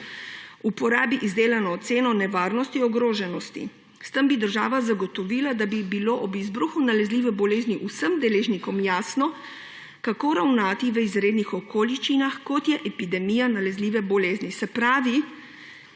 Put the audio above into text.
uporabi izdelano oceno nevarnosti ogroženosti, zagotovila, da bi bilo ob izbruhu nalezljive bolezni vsem deležnikom jasno, kako ravnati v izrednih okoliščinah, kot je epidemija nalezljive bolezni.